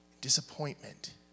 disappointment